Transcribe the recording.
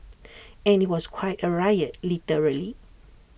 and IT was quite A riot literally